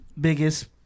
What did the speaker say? Biggest